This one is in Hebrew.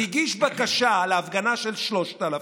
הוא הגיש בקשה להפגנה של 3,000